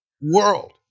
world